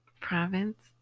province